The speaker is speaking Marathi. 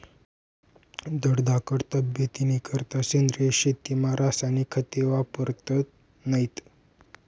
धडधाकट तब्येतनीकरता सेंद्रिय शेतीमा रासायनिक खते वापरतत नैत